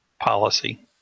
policy